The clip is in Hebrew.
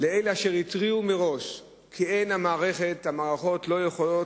לאלה אשר התריעו מראש כי המערכות לא יכולות